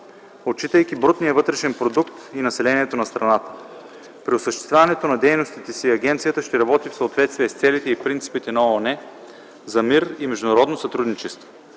отчитайки брутния вътрешен продукт и населението на страната. При осъществяването на дейностите си агенцията ще работи в съответствие с целите и принципите на ООН за мир и международно сътрудничество.